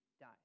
die